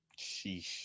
Sheesh